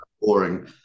boring